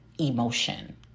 emotion